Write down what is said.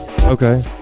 Okay